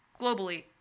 globally